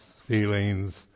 feelings